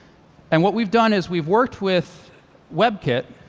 and what we've done is we've worked with webkit,